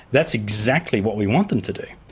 that's exactly what we want them to do.